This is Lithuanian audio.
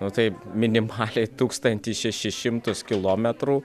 nu tai minimaliai tūkstantis šeši šimtus kilometrų